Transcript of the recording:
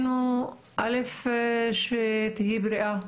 א' שתהיי בריאה,